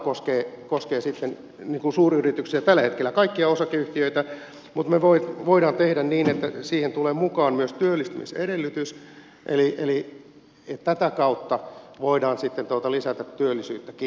yhteisöverohan koskee sitten suuryrityksiä tällä hetkellä kaikkia osakeyhtiöitä mutta me voimme tehdä niin että siihen tulee mukaan myös työllistämisedellytys eli tätä kautta voidaan sitten lisätä työllisyyttäkin